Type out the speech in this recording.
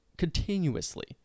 continuously